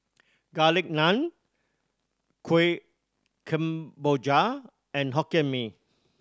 Garlic Naan Kuih Kemboja and Hokkien Mee